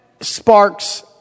sparks